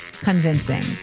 convincing